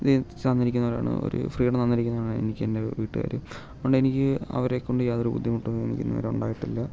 ഇത് തന്നിരിക്കുന്ന ഒര് ഫ്രീഡം തന്നിരിക്കുന്നവരാണ് എനിക്ക് എൻ്റെ വീട്ടുകാർ അതുകൊണ്ട് എനിക്ക് അവരെക്കൊണ്ട് യാതൊരു ബുദ്ധിമുട്ടും എനിക്ക് ഇന്നുവരെ ഉണ്ടായിട്ടില്ല